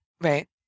Right